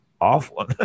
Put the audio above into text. awful